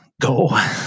go